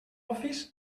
office